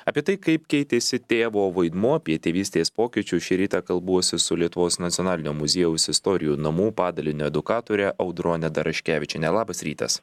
apie tai kaip keitėsi tėvo vaidmuo apie tėvystės pokyčius šį rytą kalbuosi su lietuvos nacionalinio muziejaus istorijų namų padalinio edukatore audrone daraškevičiene labas rytas